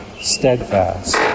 steadfast